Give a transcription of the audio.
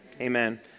Amen